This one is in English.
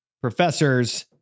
professors